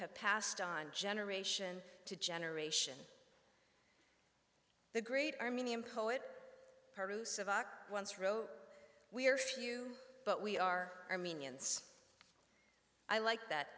have passed on generation to generation the great armenian poet once wrote we are few but we are armenians i like that